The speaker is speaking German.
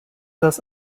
das